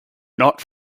not